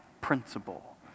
principle